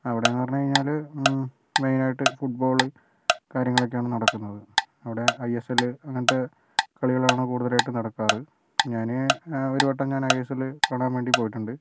അവടേ എന്ന് പറഞ്ഞ് കഴിഞ്ഞാല് മെയ്നായിട്ട് ഫുട്ബോള് കാര്യങ്ങളെക്കെയാണ് നടക്കുന്നത് അവിടെ ഐ എസ് എല്ല് അങ്ങനത്തെ കളികളാണ് കൂടുതലായിട്ടും നടക്കാറ് ഞാന് ഒരുവട്ടം ഞാന് ഐ എസ് എല്ല് കാണാൻ വേണ്ടി പോയിട്ടുണ്ട്